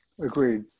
Agreed